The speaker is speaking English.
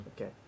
Okay